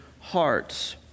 hearts